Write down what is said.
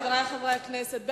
חברי חברי הכנסת,